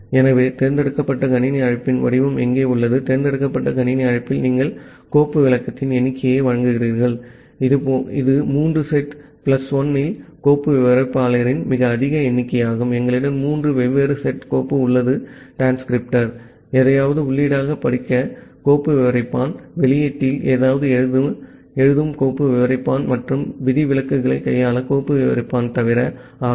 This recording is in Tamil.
ஆகவே தேர்ந்தெடுக்கப்பட்ட கணினி அழைப்பின் வடிவம் இங்கே உள்ளது தேர்ந்தெடுக்கப்பட்ட கணினி அழைப்பில் நீங்கள் கோப்பு விளக்கத்தின் எண்ணிக்கையை வழங்குகிறீர்கள் இது மூன்று செட் பிளஸ் 1 இல் கோப்பு விவரிப்பாளரின் மிக அதிக எண்ணிக்கையாகும் எங்களிடம் மூன்று வெவ்வேறு செட் கோப்பு உள்ளது டிஸ்கிரிப்டர் எதையாவது உள்ளீடாகப் படிக்க படிக்க கோப்பு விவரிப்பான் வெளியீட்டில் ஏதாவது எழுத எழுதும் கோப்பு விவரிப்பான் மற்றும் விதிவிலக்குகளைக் தவிர கையாள கோப்பு விவரிப்பான் ஆகும்